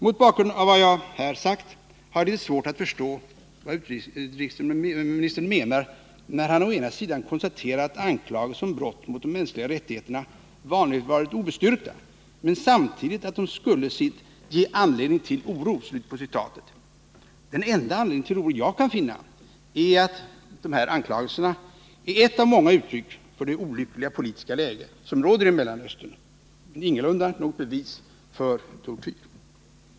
Mot bakgrunden av vad jag här sagt har jag litet svårt att förstå vad utrikesministern menar när han å ena sidan konstaterar att anklagelser om brott mot de mänskliga rättigheterna vanligen varit obestyrkta men å andra sidan samtidigt säger att de skulle ”ge anledning till oro”. Den enda anledning till oro jag kan finna är att dessa anklagelser är ett av många uttryck för det olyckliga politiska läge som råder i Mellanöstern, men ingalur. da något bevis för tortyr.